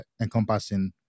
encompassing